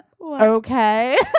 Okay